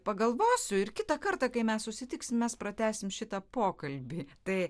pagalvosiu ir kitą kartą kai mes susitiksim mes pratęsim šitą pokalbį tai